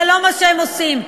זה לא מה שהם עושים.